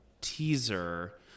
teaser